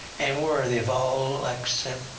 and worthy of all like so